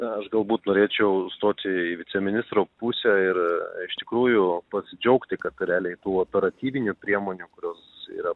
aš galbūt norėčiau stoti į viceministro pusę ir iš tikrųjų pasidžiaugti kad realiai tų operatyvinių priemonių kurios yra